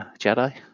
Jedi